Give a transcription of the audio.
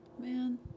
Man